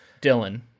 Dylan